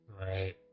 right